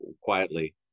quietly